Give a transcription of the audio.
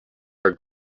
are